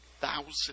thousand